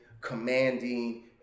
commanding